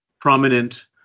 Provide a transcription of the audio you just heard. prominent